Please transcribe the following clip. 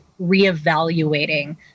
reevaluating